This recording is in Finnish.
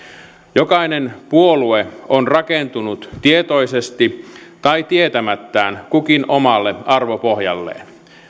jokainen puolue on rakentunut tietoisesti tai tietämättään kukin omalle arvopohjalleen